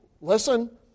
listen